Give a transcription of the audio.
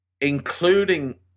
including